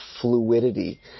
fluidity